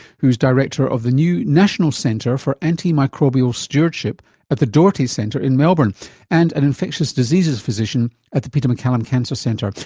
who's director of the new national centre for antimicrobial stewardship at the doherty centre in melbourne and an infectious diseases physician at the peter mccallum cancer centre.